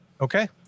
Okay